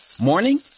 morning